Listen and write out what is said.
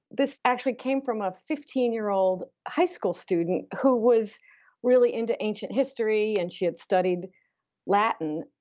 this actually came from a fifteen year old high school student who was really into ancient history and she had studied latin.